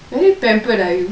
very pampered ah you